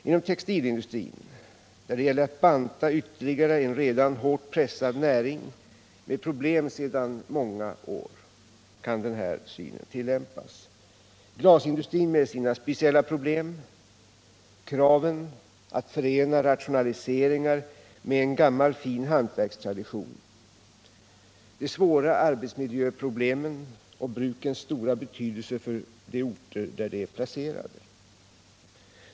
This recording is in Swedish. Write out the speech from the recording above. Inom textilindustrin, där det gäller att banta ytterligare en redan hårt pressad näring med problem sedan många år, kan denna syn tillämpas. Det gäller glasindustrin med sina speciella problem — kraven att förena rationaliseringar med en gammal fin hantverkstradition, de svåra arbetsmiljöproblemen och brukens stora betydelse för de orter där de är placerade.